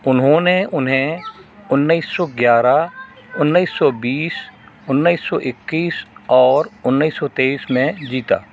उन्होंने उन्हें उन्नीस सौ ग्यारह उन्नीस सौ बीस उन्नीस सौ इक्कीस और उन्नीस सौ तेईस में जीता